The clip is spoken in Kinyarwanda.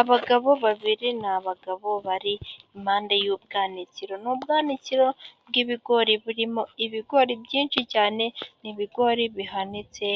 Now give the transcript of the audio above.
Abagabo babiri ni abagabo bari impande y'ubwanikiro. Ni ubwanikiro bw'ibigori burimo ibigori byinshi cyane. Ni ibigori bihanitse